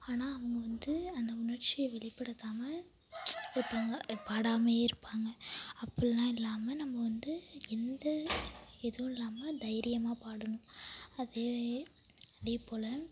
ஆனால் அவங்க வந்து அந்த உணர்ச்சியை வெளிப்படுத்தாமல் ஒருத்தங்க பாடாமையே இருப்பாங்க அப்புடில்லாம் இல்லாமல் நம்ம வந்து எந்த எதுவும் இல்லாமல் தைரியமாக பாடணும் அதே அதே போல்